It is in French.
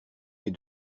mes